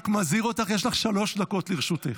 אינו נוכח, חבר הכנסת אושר שקלים, מוותר,